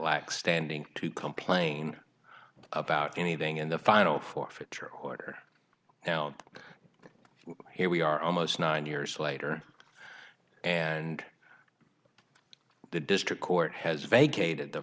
lacks standing to complain about anything in the final forfeiture order now here we are almost nine years later and the district court has vacated the